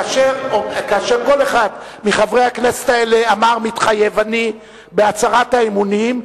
כאשר כל אחד מחברי הכנסת האלה אמר "מתחייב אני" בהצהרת האמונים,